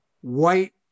white